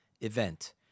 event